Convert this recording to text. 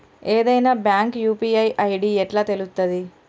ఏదైనా bank UPI ID ఎట్లా తెలుత్తది?